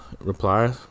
reply